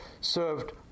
served